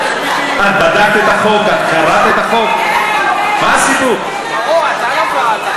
אז מה שאתם אומרים: רוצים לפגוע בערבים.